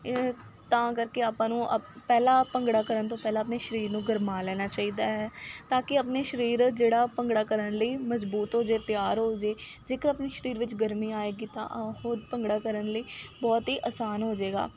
ਇਹ ਤਾਂ ਕਰਕੇ ਆਪਾਂ ਨੂੰ ਆ ਪਹਿਲਾਂ ਭੰਗੜਾ ਕਰਨ ਤੋਂ ਪਹਿਲਾਂ ਆਪਣੇ ਸਰੀਰ ਨੂੰ ਗਰਮਾ ਲੈਣਾ ਚਾਹੀਦਾ ਹੈ ਤਾਂ ਕਿ ਆਪਣੇ ਸਰੀਰ ਜਿਹੜਾ ਭੰਗੜਾ ਕਰਨ ਲਈ ਮਜਬੂਤ ਹੋ ਜਾਵੇ ਤਿਆਰ ਹੋ ਜਾਵੇ ਜੇਕਰ ਆਪਣੀ ਸਰੀਰ ਵਿੱਚ ਗਰਮੀ ਆਵੇਗੀ ਤਾਂ ਆ ਹੋਰ ਭੰਗੜਾ ਕਰਨ ਲਈ ਬਹੁਤ ਹੀ ਆਸਾਨ ਹੋ ਜਾਵੇਗਾ